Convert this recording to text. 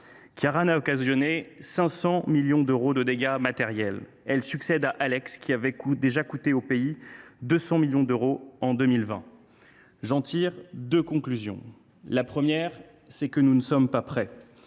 Ciaran a occasionné 500 millions d’euros de dégâts matériels. Elle succède à Alex, qui avait déjà coûté au pays 200 millions d’euros en 2020. J’en tire deux conclusions. La première, c’est que nous ne sommes pas prêts.